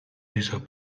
dieser